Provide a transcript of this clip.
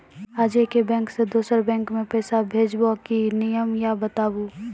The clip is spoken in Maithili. आजे के बैंक से दोसर बैंक मे पैसा भेज ब की नियम या बताबू?